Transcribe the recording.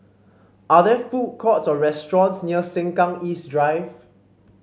are there food courts or restaurants near Sengkang East Drive